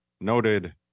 noted